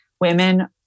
women